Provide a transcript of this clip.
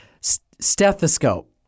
Stethoscope